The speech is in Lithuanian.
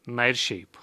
na ir šiaip